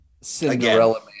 Cinderella